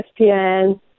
ESPN